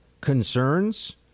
concerns